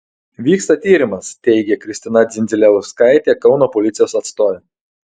vyksta tyrimas teigė kristina dzindziliauskaitė kauno policijos atstovė